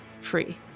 free